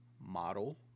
model